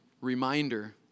reminder